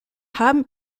haben